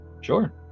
sure